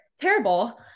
terrible